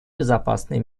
безопасный